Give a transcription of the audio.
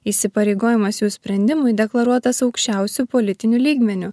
įsipareigojimas jų sprendimui deklaruotas aukščiausiu politiniu lygmeniu